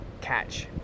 catch